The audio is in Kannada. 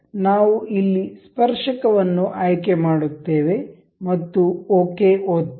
ಆದ್ದರಿಂದ ನಾವು ಇಲ್ಲಿ ಸ್ಪರ್ಶಕ ವನ್ನು ಆಯ್ಕೆ ಮಾಡುತ್ತೇವೆ ಮತ್ತು ಓಕೆ ಒತ್ತಿ